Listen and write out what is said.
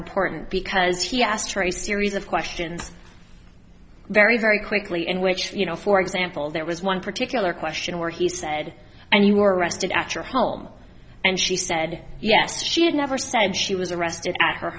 important because he asked her a series of questions very very quickly in which you know for example there was one particular question where he said and you were arrested at your home and she said yes she had never said she was arrested at her